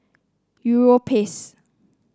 Europace